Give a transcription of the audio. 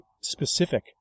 specific